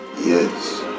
Yes